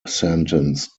sentence